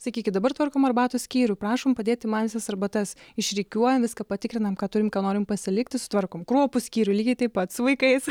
sakykit dabar tvarkom arbatų skyrių prašom padėti man visas arbatas išrikiuojam viską patikrinam ką turim ką norim pasilikti sutvarkom kruopų skyrių lygiai taip pat su vaikais